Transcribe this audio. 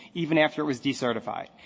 even after it was decertified.